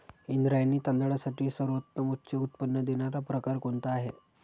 इंद्रायणी तांदळातील सर्वोत्तम उच्च उत्पन्न देणारा प्रकार कोणता आहे?